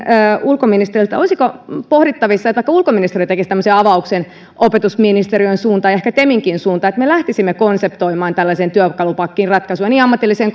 ulkoministeriltä olisiko pohdittavissa että vaikka ulkoministeriö tekisi tämmöisen avauksen opetusministeriön suuntaan ja ehkä teminkin suuntaan että me lähtisimme konseptoimaan tällaiseen työkalupakkiin ratkaisuja niin ammatilliseen